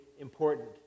important